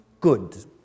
good